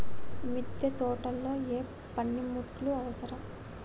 మిద్దె తోటలో ఏ పనిముట్లు అవసరం?